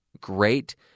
great